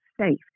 safe